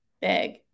big